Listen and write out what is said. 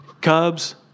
Cubs